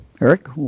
Eric